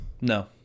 no